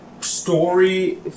story